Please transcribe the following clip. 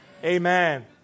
amen